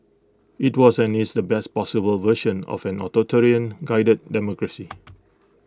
IT was and is the best possible version of an authoritarian guided democracy